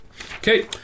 Okay